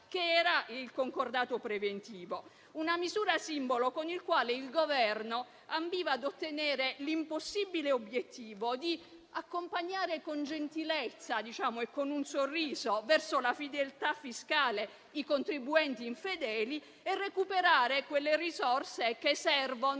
delega, il concordato preventivo. Una misura simbolo con la quale il Governo ambiva ad ottenere l'impossibile obiettivo di accompagnare con gentilezza e con un sorriso verso la fedeltà fiscale i contribuenti infedeli e recuperare quelle risorse che servono